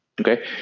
Okay